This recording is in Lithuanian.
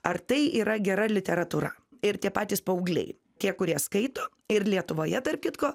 ar tai yra gera literatūra ir tie patys paaugliai tie kurie skaito ir lietuvoje tarp kitko